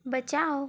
बचाओ